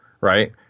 Right